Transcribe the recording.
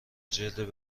جلد